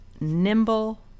nimble